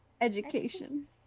Education